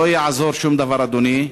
לא יעזור שום דבר, אדוני.